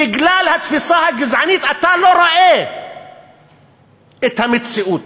בגלל התפיסה הגזענית אתה לא רואה את המציאות.